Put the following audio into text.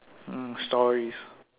mm stories